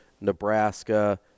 Nebraska